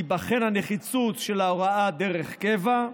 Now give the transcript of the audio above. תיבחן הנחיצות של ההוראה דרך קבע,